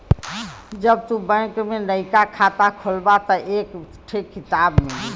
जब तू बैंक में नइका खाता खोलबा तब एक थे किताब मिली